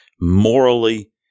morally